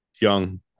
Young